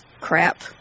crap